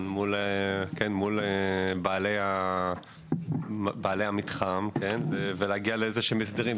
מול בעלי המתחם ולהגיע לאיזה שהם הסדרים.